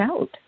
out